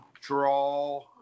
draw